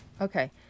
Okay